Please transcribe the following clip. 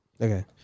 Okay